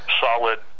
solid